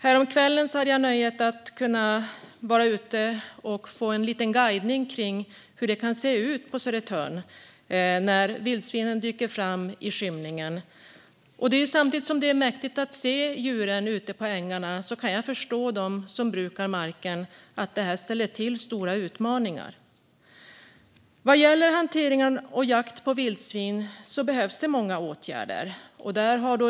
Häromkvällen hade jag nöjet att få en guidning av hur det kan se ut på Södertörn när vildsvinen dyker fram i skymningen. Samtidigt som det är mäktigt att se djuren ute på ängarna kan jag förstå dem som brukar marken, nämligen att de ställer till med stora utmaningar. Vad gäller hantering av och jakt på vildsvin behövs många åtgärder.